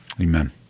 amen